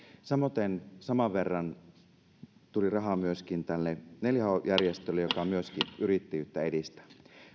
samoiten saman verran rahaa tuli myöskin tälle neljä h järjestölle joka myöskin yrittäjyyttä edistää